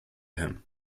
him